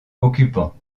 occupants